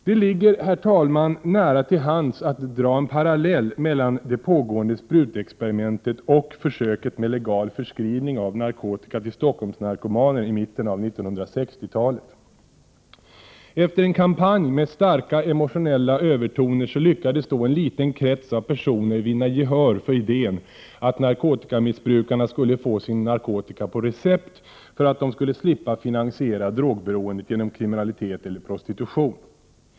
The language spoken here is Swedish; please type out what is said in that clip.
Det ligger, herr talman, nära till hands att dra en parallell mellan det pågående sprutexperimentet och försöket med legal förskrivning av narkotika till stockholmsnarkomaner i mitten av 1960-talet. Efter en kampanj med starka emotionella övertoner lyckades då en liten krets av personer vinna gehör för idén att narkotikamissbrukarna skulle få sin narkotika på recept för att de skulle slippa finansiera drogberoendet genom kriminalitet eller prostitution.